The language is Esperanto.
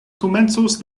komencos